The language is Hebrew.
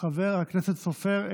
חבר הכנסת סופר,